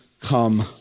come